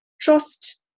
Trust